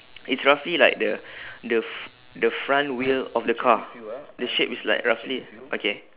it's roughly like the the f~ the front wheel of the car the shape is like roughly okay